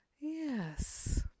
Yes